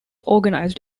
organized